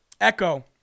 echo